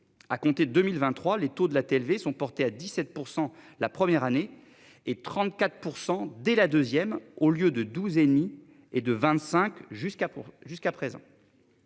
à compter 2023 les taux de la TV sont portés à 17% la première année et 34% dès la 2ème au lieu de 12 ennemi et de 25 jusqu'à pour